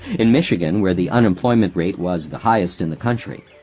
in michigan, where the unemployment rate was the highest in the country,